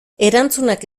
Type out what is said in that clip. erantzunak